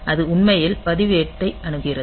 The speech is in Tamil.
இது உண்மையில் பதிவேட்டை அணுகுகிறது